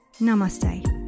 Namaste